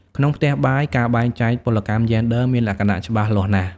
ក្នុងផ្ទះបាយ ការបែងចែកពលកម្មយេនឌ័រមានលក្ខណៈច្បាស់លាស់ណាស់។